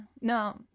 No